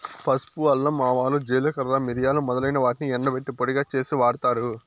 పసుపు, అల్లం, ఆవాలు, జీలకర్ర, మిరియాలు మొదలైన వాటిని ఎండబెట్టి పొడిగా చేసి వాడతారు